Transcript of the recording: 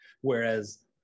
whereas